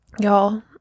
Y'all